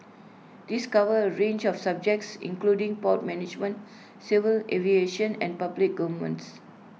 these cover A range of subjects including port management civil aviation and public governance